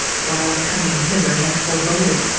while coming hither, had foreboded.